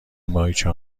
ماهیچه